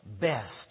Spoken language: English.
best